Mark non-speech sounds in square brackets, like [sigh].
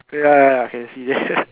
ya ya ya can see [laughs]